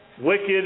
wicked